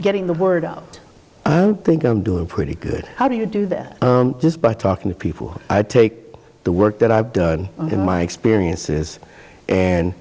getting the word out i don't think i'm doing pretty good how do you do that just by talking to people i take the work that i've done in my experiences and